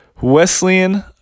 Wesleyan